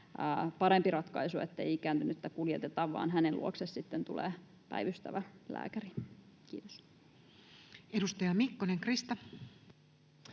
parempi ratkaisu, ettei ikääntynyttä kuljeteta vaan hänen luokseen tulee päivystävä lääkäri. — Kiitos. [Speech 99] Speaker: